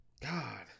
god